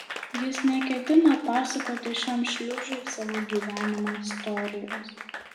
jis neketino pasakoti šiam šliužui savo gyvenimo istorijos